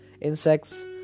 insects